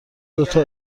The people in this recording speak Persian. دوتا